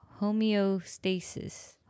Homeostasis